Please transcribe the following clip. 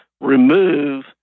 remove